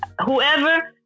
Whoever